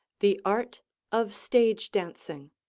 the art of stage dancing,